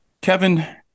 Kevin